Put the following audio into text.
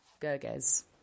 Gerges